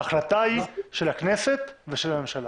ההחלטה היא של הכנסת ושל הממשלה.